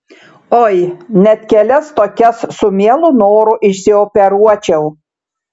oi net kelias tokias su mielu noru išsioperuočiau